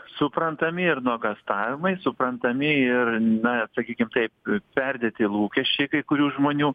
suprantami ir nuogąstavimai suprantami ir net sakykim taip perdėti lūkesčiai kai kurių žmonių